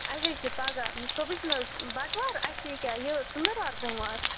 اَسہِ حظ چھِ پگاہ صُبحس چھِنہٕ حظ بَٹہٕوار اَسہِ چھِ ییٚکاہ یہِ ژنٛدٕروار بۄموار